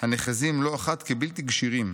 הנחזים לא אחת כבלתי גשירים.